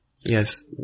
Yes